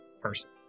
person